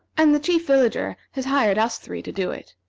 and the chief villager has hired us three to do it.